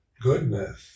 goodness